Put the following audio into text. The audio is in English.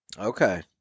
Okay